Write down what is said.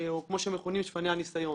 או כמו שהם מכונים "שפני הניסיון".